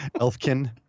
Elfkin